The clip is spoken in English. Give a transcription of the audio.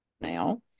now